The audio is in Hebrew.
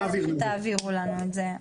ביקשתי שתעבירו לנו את זה.